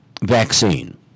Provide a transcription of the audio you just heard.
vaccine